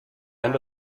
end